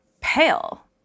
pale